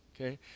okay